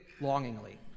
longingly